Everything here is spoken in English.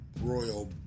royal